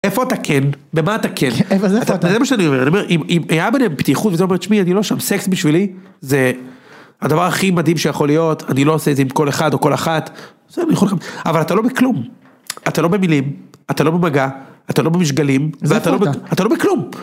איפה אתה כן? במה אתה כן? אז איפה אתה? זה מה שאני אומר, אם אם היה ביניהם פתיחות, וזה וזה אומר תשמעי, אני לא שם. סקס בשבילי, זה הדבר הכי מדהים שיכול להיות, אני לא עושה את זה עם כל אחד או כל אחת, זה אני יכול להבין. אבל אתה לא בכלום, אתה לא במילים, אתה לא במגע, אתה לא במשגלים, אז איפה אתה? אתה לא בכלום.